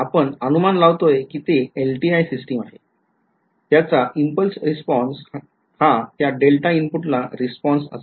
आपण अनुमान लावतोय कि ते LTI सिस्टिम आहे त्याचा इम्पल्स रिस्पॉन्स हा त्या डेल्टा इनपुट ला रिस्पॉन्स असेल